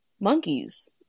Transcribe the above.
monkeys